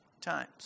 times